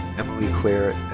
emily claire